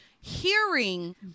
hearing